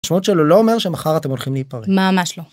משמעות שלו לא אומר שמחר אתם הולכים להיפרד ממש לא.